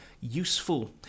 useful